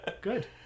good